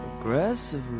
Aggressively